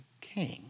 king